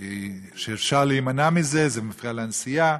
אפשר להימנע מזה, זה מפריע לנסיעה.